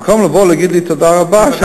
במקום לבוא להגיד לי תודה רבה,